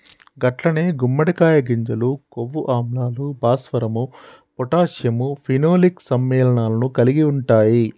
గట్లనే గుమ్మడికాయ గింజలు కొవ్వు ఆమ్లాలు, భాస్వరం పొటాషియం ఫినోలిక్ సమ్మెళనాలను కలిగి ఉంటాయి